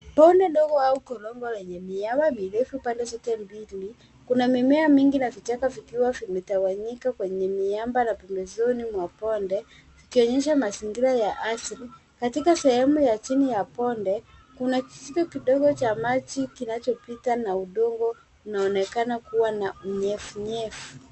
Bonde ndogo au korongo lenye miaba mirefu pande zote mbili, kuna mimea mingi na vichaka vikuwa vimetawanyika kwenye miamba na pembezoni mwa bonde, vikionyesha mazingira ya asli, katika sehemu ya chini ya bonde, kuna kishito kidogo cha maji kinachopita na udongo unaonekana kuwa na nyevu nyevu.